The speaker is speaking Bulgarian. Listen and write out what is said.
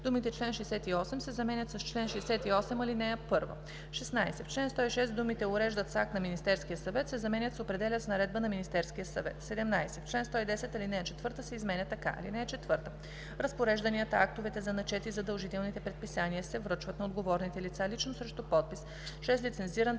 думите „чл. 68“ се заменят с „чл. 68, ал. 1“. 16. В чл. 106 думите „уреждат с акт на Министерския съвет“ се заменят с „определят с наредба на Министерския съвет“. 17. В чл. 110 ал. 4 се изменя така: „(4) Разпорежданията, актовете за начет и задължителните предписания се връчват на отговорните лица лично срещу подпис, чрез лицензиран